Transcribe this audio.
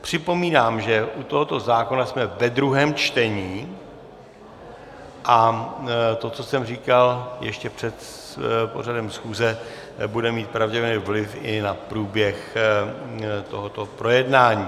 Připomínám, že u tohoto zákona jsme ve druhém čtení a to, co jsem říkal ještě před pořadem schůze, bude mít pravděpodobně vliv i na průběh tohoto projednání.